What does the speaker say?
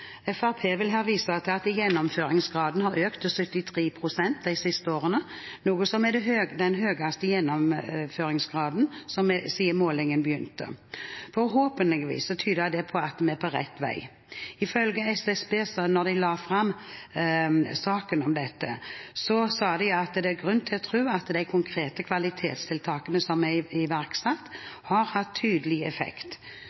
Fremskrittspartiet vil her vise til at gjennomføringsgraden har økt til 73 pst. de siste årene, noe som er den høyeste gjennomføringsgraden siden en begynte med målingen. Forhåpentligvis tyder det på at vi er på rett vei. Da SSB la fram saken om dette, sa de at det er grunn til å tro at de konkrete kvalitetstiltakene som er